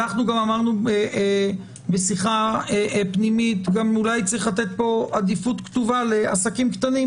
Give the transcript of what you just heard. ואמרנו בשיחה פנימית שאולי צריך לתת פה עדיפות כתובה לעסקים קטנים